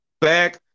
Back